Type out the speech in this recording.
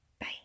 bye